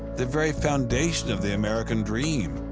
the very foundation of the american dream,